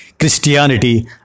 Christianity